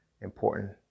important